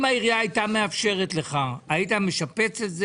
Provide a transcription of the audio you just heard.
אם העירייה הייתה מאפשרת לך היית משפץ את זה?